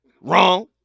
Wrong